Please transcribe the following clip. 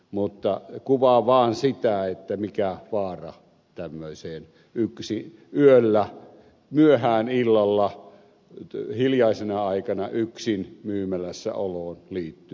mutta kuvaan vaan sitä mikä vaara tämmöiseen yöllä myöhään illalla hiljaisena aikana yksin myymälässä oloon liittyy